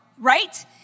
Right